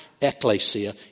ecclesia